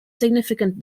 significant